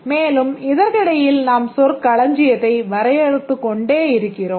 மேலும் இதற்கிடையில் நாம் சொற்களஞ்சியத்தை வரையறுத்துக் கொண்டே இருக்கிறோம்